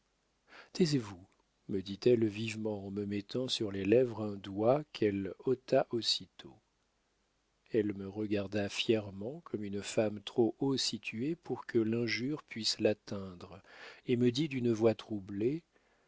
taisez-vous me dit-elle vivement en me mettant sur les lèvres un doigt qu'elle ôta aussitôt elle me regarda fièrement comme une femme trop haut située pour que l'injure puisse l'atteindre et me dit d'une voix troublée